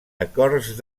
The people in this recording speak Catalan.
acords